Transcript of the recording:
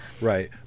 Right